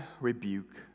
rebuke